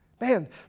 Man